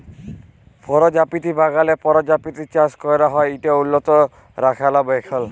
পরজাপতি বাগালে পরজাপতি চাষ ক্যরা হ্যয় ইট উল্লত রখলাবেখল